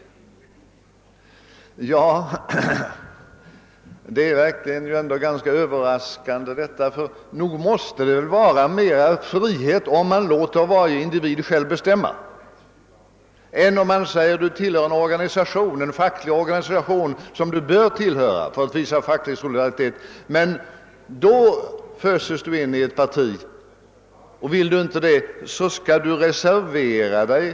Denna hans ståndpunkt är verkligen överraskande. Nog måste det väl innebära mera frihet om varje individ själv får bestämma om Ppartianslutning än om han genom en facklig organisation, som han bör tillhöra för att visa facklig solidaritet, föses in i ett parti. Vill han inte det, måste han i så fall reservera sig.